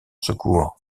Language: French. secours